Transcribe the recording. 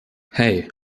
hey